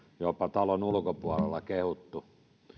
jopa talon ulkopuolella kehuttu